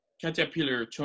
caterpillar